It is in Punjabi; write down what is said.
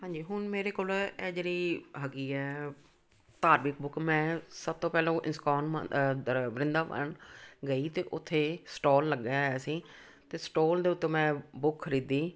ਹਾਂਜੀ ਹੁਣ ਮੇਰੇ ਕੋਲ ਇਹ ਜਿਹੜੀ ਹੈਗੀ ਹੈ ਧਾਰਮਿਕ ਬੁੱਕ ਮੈਂ ਸਭ ਤੋਂ ਪਹਿਲਾਂ ਉਹ ਇਸਕੋਨ ਵਰਿੰਦਾਵਨ ਗਈ ਅਤੇ ਉੱਥੇ ਸਟੋਲ ਲੱਗਾ ਹੋਇਆ ਸੀ ਅਤੇ ਸਟੋਲ ਦੇ ਉੱਤੋਂ ਮੈਂ ਬੁੱਕ ਖਰੀਦੀ